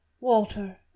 Walter